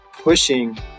pushing